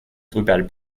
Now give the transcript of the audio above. drupal